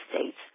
States